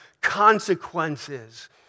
consequences